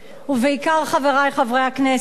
ובעיקר, חברי חברי הכנסת,